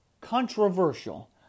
controversial